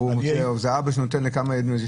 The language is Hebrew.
זה אבא שנותן לכמה ילדים.